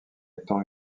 étant